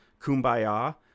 kumbaya